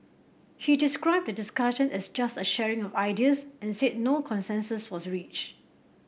he described the discussion as just a sharing of ideas and said no consensus was reached